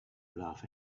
laugh